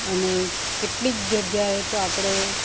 અને કેટલીક જગ્યાએ તો આપણે